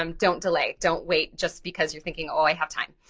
um don't delay. don't wait just because you're thinking oh, i have time.